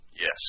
Yes